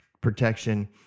protection